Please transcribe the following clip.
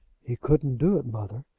he couldn't do it, mother.